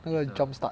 那个 jump start